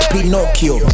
Pinocchio